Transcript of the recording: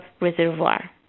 reservoir